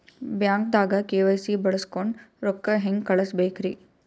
ಬ್ಯಾಂಕ್ದಾಗ ಕೆ.ವೈ.ಸಿ ಬಳಸ್ಕೊಂಡ್ ರೊಕ್ಕ ಹೆಂಗ್ ಕಳಸ್ ಬೇಕ್ರಿ?